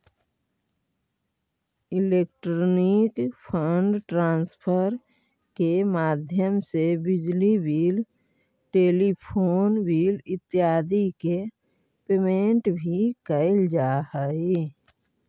electronic fund transfer के माध्यम से बिजली बिल टेलीफोन बिल इत्यादि के पेमेंट भी कैल जा हइ